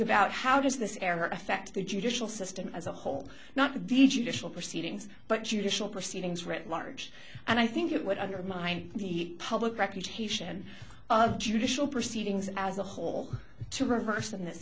about how does this error affect the judicial system as a whole not to be judicial proceedings but judicial proceedings writ large and i think it would undermine the public reputation of judicial proceedings as a whole to reverse in this